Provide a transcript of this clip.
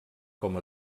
com